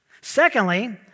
Secondly